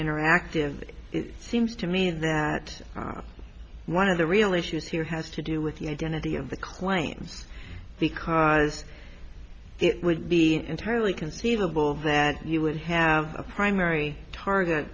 interactive it seems to me that one of the real issues here has to do with the identity of the claims because it would be entirely conceivable that you would have a primary target